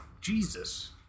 Jesus